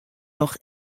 noch